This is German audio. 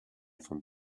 vom